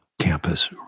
campus